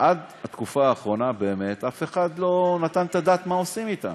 שעד התקופה האחרונה באמת אף אחד לא נתן את הדעת מה עושים אתם.